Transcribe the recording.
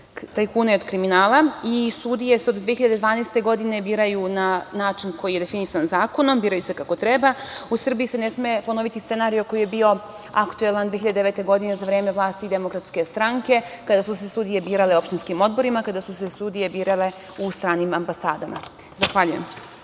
tajkuna i od kriminala. I sudije se od 2012. godine biraju na način koji je definisan zakonom, biraju se kako treba. U Srbiji se ne sme ponoviti scenario koji je bio aktuelan 2009. godine za vreme vlasti DS, kada su se sudije birale opštinskim odborima, kada su se sudije birale u stranim ambasadama. Zahvaljujem.